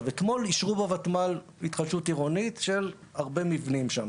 אתמול אישרו בוותמ"ל התחדשות עירונית של הרבה מבנים שם.